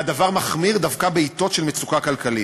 הדבר מחמיר דווקא בעתות של מצוקה כלכלית.